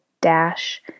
dash